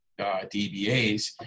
DBAs